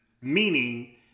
Meaning